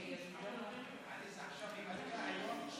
אין נגד.